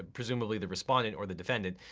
presumably the respondent or the defendant.